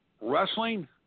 Wrestling